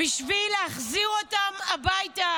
בשביל להחזיר אותן הביתה,